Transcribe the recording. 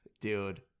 Dude